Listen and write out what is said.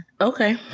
okay